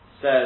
says